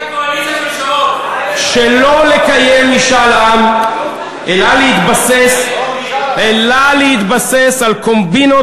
שלא לקיים משאל עם אלא להתבסס על קומבינות